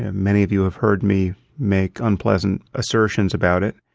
and many of you have heard me make unpleasant assertions about it.